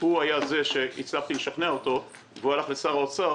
הוא היה זה שהצלחתי לשכנע אותו והוא הלך לשר האוצר